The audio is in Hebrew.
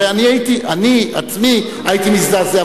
הרי אני עצמי הייתי מזדעזע,